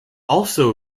also